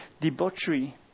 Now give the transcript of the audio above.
debauchery